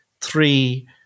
three